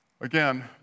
Again